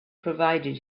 provided